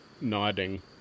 nodding